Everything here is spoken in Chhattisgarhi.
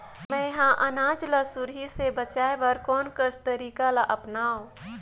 मैं ह अनाज ला सुरही से बचाये बर कोन कस तरीका ला अपनाव?